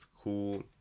cool